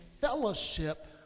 fellowship